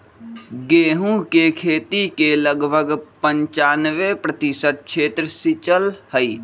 गेहूं के खेती के लगभग पंचानवे प्रतिशत क्षेत्र सींचल हई